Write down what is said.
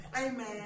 Amen